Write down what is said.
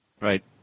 right